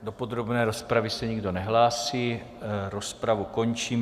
Do podrobné rozpravy se nikdo nehlásí, rozpravu končím.